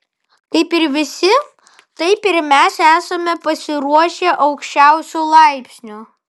kaip ir visi taip ir mes esame pasiruošę aukščiausiu laipsniu